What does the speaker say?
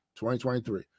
2023